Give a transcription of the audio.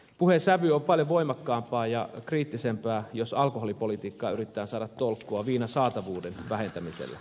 puheen sävy on paljon voimakkaampaa ja kriittisempää jos alkoholipolitiikkaan yritetään saada tolkkua viinan saatavuuden vähentämisellä